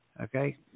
Okay